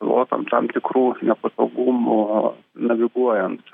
pilotam tam tikrų nepatogumų naviguojant